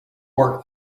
work